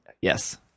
Yes